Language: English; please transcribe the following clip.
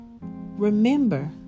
remember